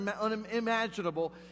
unimaginable